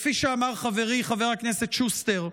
כפי שאמר חברי חבר הכנסת שוסטר,